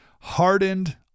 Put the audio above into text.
hardened